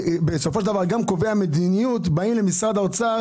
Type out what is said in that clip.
בסופו של דבר גם קובעי המדיניות באים למשרד האוצר